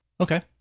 Okay